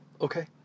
Okay